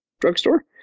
drugstore